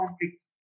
conflicts